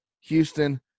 Houston